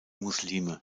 muslime